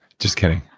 just kidding.